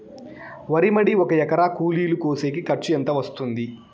వరి మడి ఒక ఎకరా కూలీలు కోసేకి ఖర్చు ఎంత వస్తుంది?